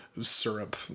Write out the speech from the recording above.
syrup